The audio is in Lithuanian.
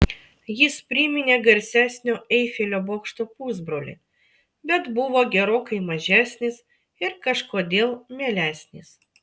jis priminė garsesnio eifelio bokšto pusbrolį bet buvo gerokai mažesnis ir kažkodėl mielesnis